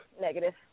Negative